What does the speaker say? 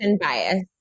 bias